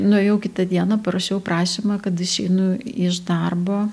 nuėjau kitą dieną parašiau prašymą kad išeinu iš darbo